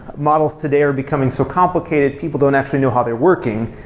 models today are becoming so complicated people don't actually know how they're working,